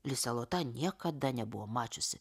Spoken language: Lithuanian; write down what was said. lisė lota niekada nebuvo mačiusi